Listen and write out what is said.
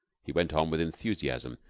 he went on with enthusiasm,